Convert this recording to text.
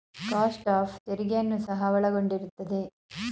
cost of ತೆರಿಗೆಯನ್ನು ಸಹ ಒಳಗೊಂಡಿರುತ್ತದೆ